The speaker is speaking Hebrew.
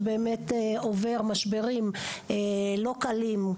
שבאמת עובד משברים לא קלים,